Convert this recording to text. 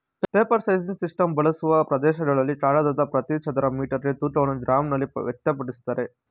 paper sizing system ಬಳಸುವ ಪ್ರದೇಶಗಳಲ್ಲಿ ಕಾಗದದ ಪ್ರತಿ ಚದರ ಮೀಟರ್ಗೆ ತೂಕವನ್ನು ಗ್ರಾಂನಲ್ಲಿ ವ್ಯಕ್ತಪಡಿಸ್ತಾರೆ